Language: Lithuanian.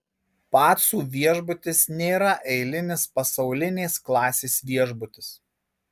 pacų viešbutis nėra eilinis pasaulinės klasės viešbutis